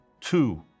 Two